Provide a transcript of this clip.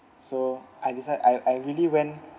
so I decide I I really went